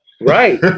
Right